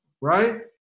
right